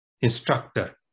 instructor